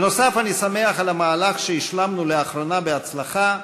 בנוסף, אני שמח על המהלך שהשלמנו לאחרונה בהצלחה,